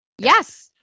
Yes